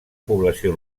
població